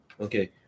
Okay